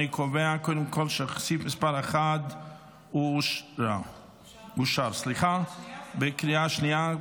אני קובע קודם כול שסעיף מס' 1 אושר בקריאה שנייה,